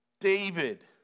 David